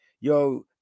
yo